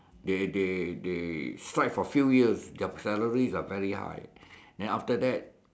they they they strike for few years their salaries are very high then after that